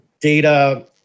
data